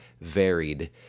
varied